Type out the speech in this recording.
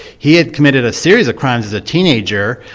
he had committed a series of crimes as a teenager,